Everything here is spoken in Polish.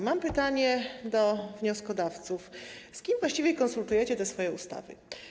Mam pytanie do wnioskodawców: Z kim właściwie konsultujecie te swoje ustawy?